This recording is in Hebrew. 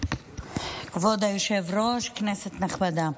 כבוד היושב-ראש, כנסת נכבדה,